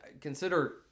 consider